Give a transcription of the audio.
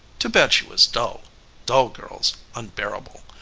too bad she was dull dull girls unbearable